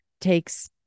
takes